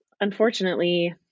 unfortunately